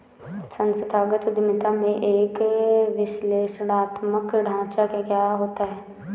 संस्थागत उद्यमिता में एक विश्लेषणात्मक ढांचा क्या होता है?